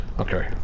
Okay